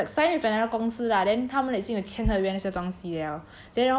公 he was like signed with another 公司 lah then 他们也是有签合约那些东西 liao